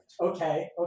Okay